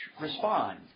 respond